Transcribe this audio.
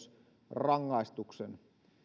rangaistuksen